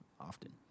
often